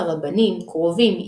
מיני מתיקה, פירות יבשים,